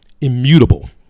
Immutable